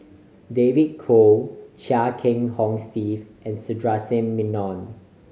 David Kwo Chia Kiah Hong Steve and Sundaresh Menon